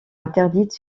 interdites